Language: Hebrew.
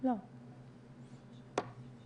כך שלא צמצמנו אף שירות ולא מנענו ולא עצרנו אף טופס